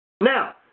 Now